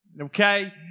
Okay